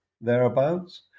thereabouts